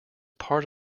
part